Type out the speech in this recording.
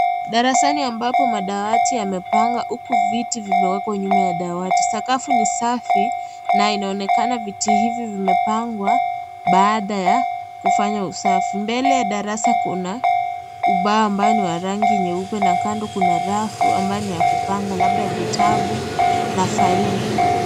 Darasani ambapo madawati yamepangwa huku viti vimewekwa nyuma ya dawati. Sakafu ni safi na inaonekana viti hivi vimepangwa baada ya kufanywa usafi. Mbele ya darasa kuna ubao ambao ni wa rangi nyeupe na kando kuna rafu ambayo ni ya kupanga labda vitabu na faili.